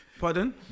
Pardon